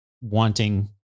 wanting